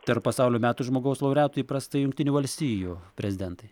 tarp pasaulio metų žmogaus laureatų įprastai jungtinių valstijų prezidentai